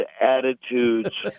attitudes